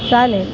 चालेल